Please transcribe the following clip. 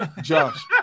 Josh